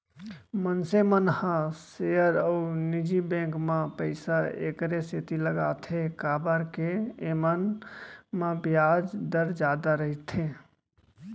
मनसे मन ह सेयर अउ निजी बेंक म पइसा एकरे सेती लगाथें काबर के एमन म बियाज दर जादा रइथे